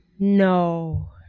No